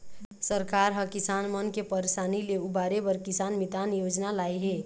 सरकार ह किसान मन के परसानी ले उबारे बर किसान मितान योजना लाए हे